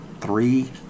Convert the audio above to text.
three